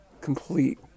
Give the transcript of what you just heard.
complete